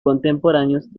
contemporáneos